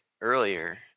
earlier